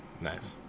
Nice